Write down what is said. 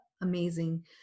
amazing